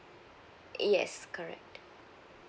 yes correct